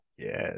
Yes